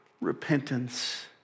repentance